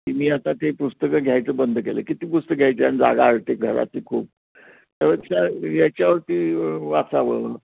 तिने आता ते पुस्तकं घ्यायचं बंद केलं किती पुस्तकं घ्यायची आणि जागा अडते घरातील खूप त्यामुळं त्या ह्याच्यावरती वाचावं